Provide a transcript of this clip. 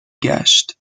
گشت